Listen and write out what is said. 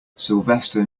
sylvester